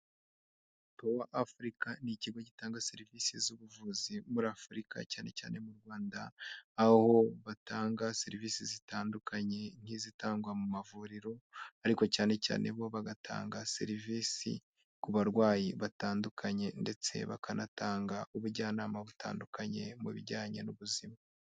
Power Africa ni ikigo gitanga serivisi z'ubuvuzi muri Afurika cyane cyane mu Rwanda, aho batanga serivisi zitandukanye nk'izitangwa mu mavuriro ariko cyane cyane bo bagatanga serivisi ku barwayi batandukanye ndetse bakanatanga ubujyanama butandukanye mu bijyanye n'ubuzima.